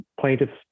plaintiff's